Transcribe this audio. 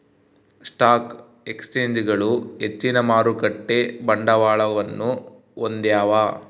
stock ಎಕ್ಸ್ಚೇಂಜ್ಗಳು ಹೆಚ್ಚಿನ ಮಾರುಕಟ್ಟೆ ಬಂಡವಾಳವನ್ನು ಹೊಂದ್ಯಾವ